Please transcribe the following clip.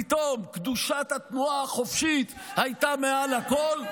פתאום קדושת התנועה החופשית הייתה מעל לכול,